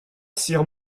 sir